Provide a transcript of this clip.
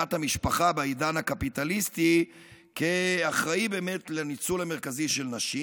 לידת המשפחה בעידן הקפיטליסטי כאחראית לניצול המרכזי של נשים.